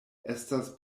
estas